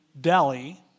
Delhi